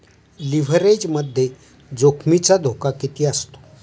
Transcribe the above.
लिव्हरेजमध्ये जोखमीचा धोका किती असतो?